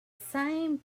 same